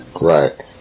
Right